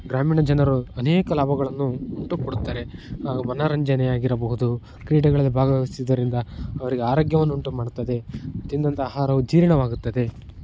ಗ್ರಾಮೀಣ ಜನರು ಅನೇಕ ಲಾಭಗಳನ್ನು ಮನೋರಂಜನೆಯಾಗಿರಬಹುದು ಕ್ರೀಡೆಗಳಲ್ಲಿ ಭಾಗವಹಿಸುವುದರಿಂದ ಅವರಿಗೆ ಆರೋಗ್ಯವನ್ನು ಉಂಟು ಮಾಡುತ್ತದೆ ತಿಂದಂಥ ಆಹಾರವು ಜೀರ್ಣವಾಗುತ್ತದೆ